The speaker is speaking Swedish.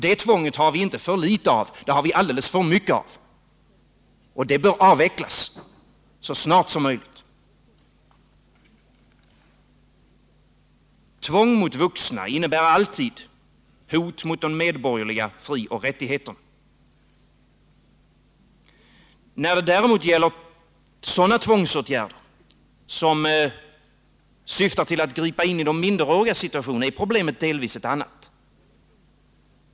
Det tvånget har vi inte för litet av, det har vi alldeles för mycket av, och det bör avvecklas så snart som möjligt. Tvång mot vuxna innebär alltid hot mot de medborgerliga frioch rättigheterna. När det däremot gäller sådana tvångsåtgärder som syftar till att gripa in i de minderårigas situation är problemet delvis ett annat.